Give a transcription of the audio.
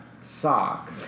sock